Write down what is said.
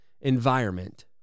environment